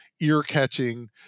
ear-catching